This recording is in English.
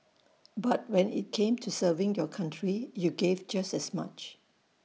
but when IT came to serving your country you gave just as much